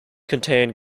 contained